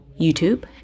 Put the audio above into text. YouTube